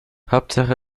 hauptsache